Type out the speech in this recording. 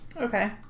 Okay